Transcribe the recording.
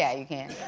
yeah you can.